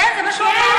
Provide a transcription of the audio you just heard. כן, זה מה שהוא אמר.